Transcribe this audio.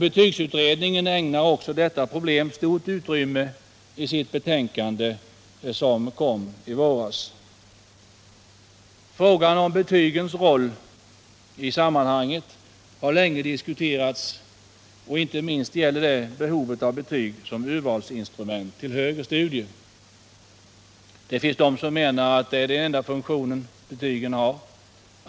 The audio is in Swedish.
Betygsutredningen ägnar också detta problem stort utrymme i sitt betänkande, som kom i våras. Frågan om betygens roll i sammanhanget har länge diskuterats. Inte minst gäller det behovet av betyg som urvalsinstrument till högre studier. Det finns de som menar att det är den enda funktion som betygen har.